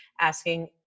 asking